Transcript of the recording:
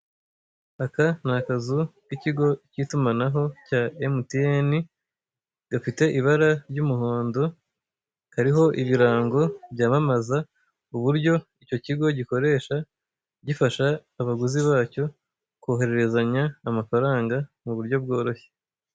Aka ni akazu k'ikigo cy'itumanaho cya emutiyeni, gafite ibara ry'umuhondo, kariho ibirango byamamaza uburyo icyo kigo gikoresha, gifasha abaguzi bacyo kohererezanya amafaranga mu buryo bworoshye.